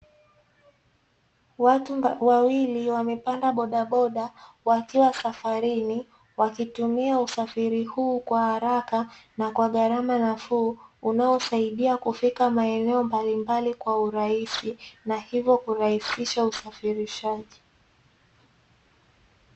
Watu wawili wamepanda bodaboda wakitumia usafiri huu wa haraka na kw gharama nafuu ambao husaidia kufika sehemu mbalimbali kwa urahisi